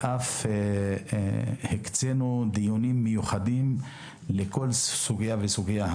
ואף הקצינו דיונים מיוחדים לכל סוגיה וסוגיה.